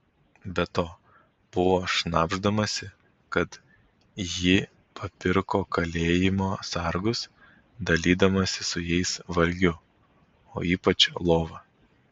be to buvo šnabždamasi kad ji papirko kalėjimo sargus dalydamasi su jais valgiu o ypač lova